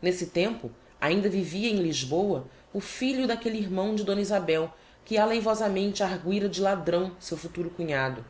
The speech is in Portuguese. n'esse tempo ainda vivia em lisboa o filho d'aquelle irmão de d isabel que aleivosamente arguira de ladrão seu futuro cunhado